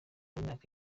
w’imyaka